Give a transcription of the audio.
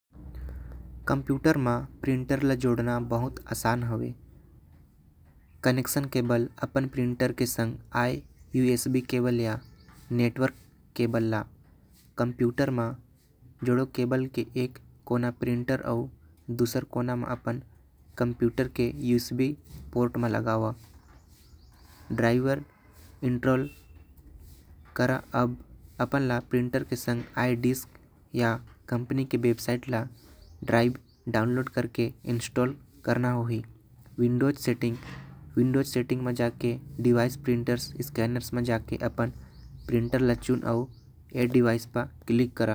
कंप्यूटर म प्रिंटर ल जोड़ना बहुत आसान होथे। पहिले प्रिंटर के केबल मन ल कंप्यूटर म लगावा। ओकर बाद ड्राइवर इंस्टाल कर के प्रिंटर ल कनेक्ट कर द। ऐड डिवाइस करे के बाद तोर प्रिंटर जुड़ जाहि।